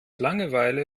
langeweile